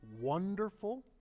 wonderful